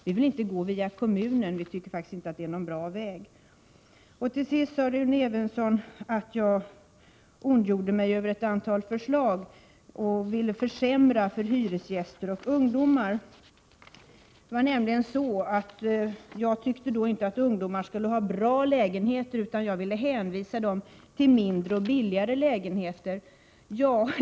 Vi vill inte gå via kommunen -— vi tycker faktiskt inte att det är en bra väg. Allra sist sade Rune Evensson att jag ondgjorde mig över ett antal förslag. Han hävdade också att jag ville försämra för hyresgäster och ungdomar. Enligt Rune Evensson ansåg jag att ungdomar inte skulle ha bra lägenheter, 45 utan jag vill hänvisa dem till mindre och billigare lägenheter.